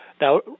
Now